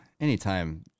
Anytime